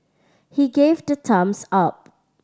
he gave the thumbs up